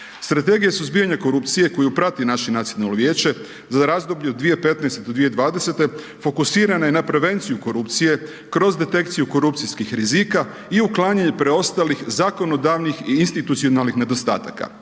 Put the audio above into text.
Strategija suzbijanja korupcije koja prati naše Nacionalno vijeće za razdoblje od 2015.-2020. fokusirana je na prevenciju korupcije kroz detekciju korupcijskih rizika i uklanjanje preostalih zakonodavnih i institucionalnih nedostataka.